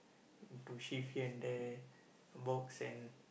to shift here and there box and